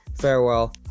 farewell